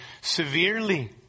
severely